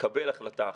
תתקבל החלטה אחרת,